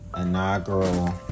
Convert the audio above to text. Inaugural